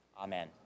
Amen